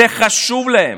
זה חשוב להם,